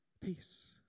Peace